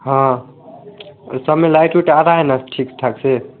हाँ इस समय लाइट उइट आ रहा है ना ठीक ठाक से